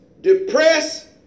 depressed